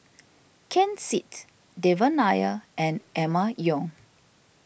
Ken Seet Devan Nair and Emma Yong